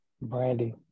Brandy